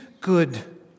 good